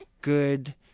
good